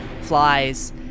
flies